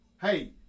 hey